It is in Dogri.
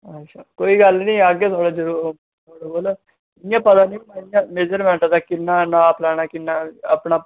कोई गल्ल निं औगे थुआढ़े जरूर इ'यां पता नि होंदा इ'यां मेजरमेंट दा किन्ना नाप लैना किन्ना अपना